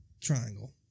triangle